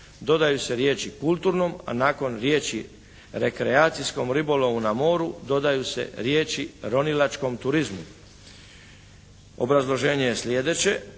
dodaju se riječi: "kulturnom" a nakon riječi: "rekreacijskom ribolovu na moru" dodaju se riječi: "ronilačkom turizmu". Obrazloženje je slijedeće: